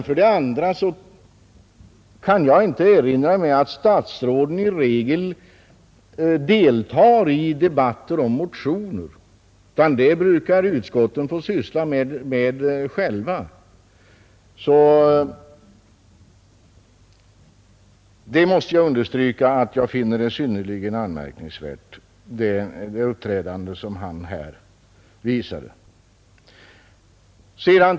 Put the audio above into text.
Jag kan inte heller erinra mig att statsråden i regel deltar i debatter om motioner, utan det brukar utskotten få syssla med själva. Jag måste understryka att jag finner herr Heléns uppträdande här synnerligen anmärkningsvärt.